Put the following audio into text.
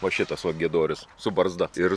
va šitas va giedorius su barzda ir